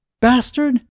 Bastard